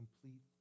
complete